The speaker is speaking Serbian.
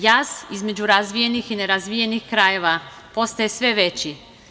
Jaz između razvijenih i ne razvijenih krajeva postaje sve veći.